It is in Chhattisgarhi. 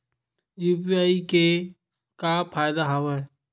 यू.पी.आई के का फ़ायदा हवय?